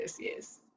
yes